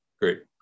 great